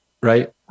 Right